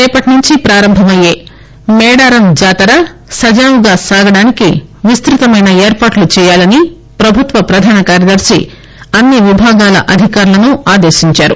రేపటి నుంచి ప్రారంభమయ్యే మేడారం జాతర సజావుగా సాగడానికి విస్తృతమైన ఏర్పాట్లు చేయాలని ప్రభుత్వ ప్రధాన కార్యదర్శి అన్సి విభాగాల అధికారులను ఆదేశించారు